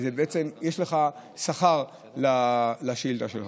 יש שכר לשאילתה שלך.